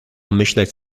myśleć